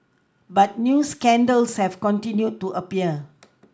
but new scandals have continued to appear